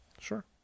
Sure